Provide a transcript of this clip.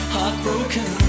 Heartbroken